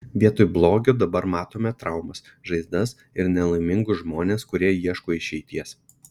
vietoj blogio dabar matome traumas žaizdas ir nelaimingus žmones kurie ieško išeities